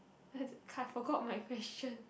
I forgot my question